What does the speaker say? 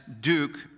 Duke